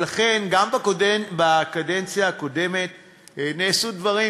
גם בקדנציה הקודמת נעשו דברים,